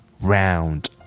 Round